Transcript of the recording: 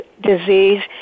disease